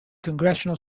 congregational